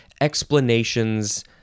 explanations